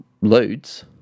loads